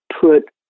put